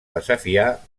desafiar